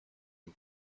and